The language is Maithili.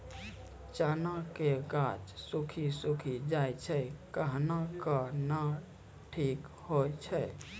चना के गाछ सुखी सुखी जाए छै कहना को ना ठीक हो छै?